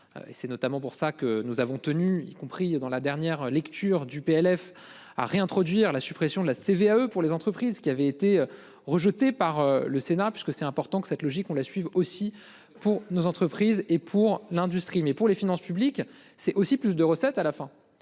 c'est notamment pour ça que nous avons tenu, y compris dans la dernière lecture du PLF à réintroduire la suppression de la CVAE. Pour les entreprises qui avait été rejetée par le Sénat, parce que c'est important que cette logique on la suive aussi pour nos entreprises et pour l'industrie. Mais pour les finances publiques. C'est aussi plus de recettes à la fin